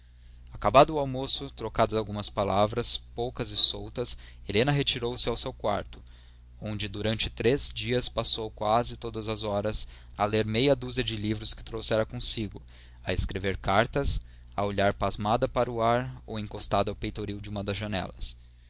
acabado o almoço trocadas algumas palavras poucas e soltas helena retirou-se ao seu quarto onde durante três dias passou quase todas as horas a ler meia dúzia de livros que trouxera consigo a escrever cartas a olhar pasmada para o ar ou encostada ao peitoril de uma das janelas